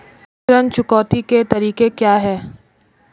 ऋण चुकौती के तरीके क्या हैं?